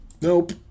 Nope